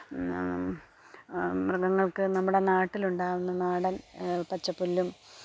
മൃഗങ്ങക്ക് നമ്മുടെ നാട്ടില്ണ്ടാവുന്ന നാടൻ പച്ചപ്പുല്ലും